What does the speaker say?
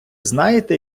знаєте